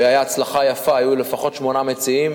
והיתה הצלחה יפה, היו לפחות שמונה מציעים,